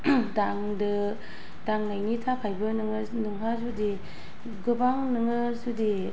दांदो दांनायनि थाखायबो नोङो नोंहा जुदि गोबां नोङो जुदि